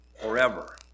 forever